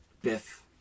Biff